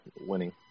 winning